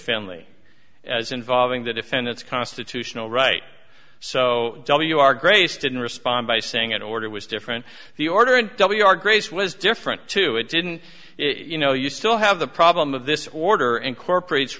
family as involving the defendant's constitutional right so w r grace didn't respond by saying that order was different the order in w r grace was different too it didn't you know you still have the problem of this order incorporates